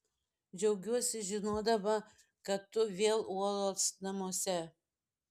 džiaugiuosi žinodama kad tu vėl uolos namuose